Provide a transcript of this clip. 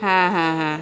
हां हां हां